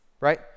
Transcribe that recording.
right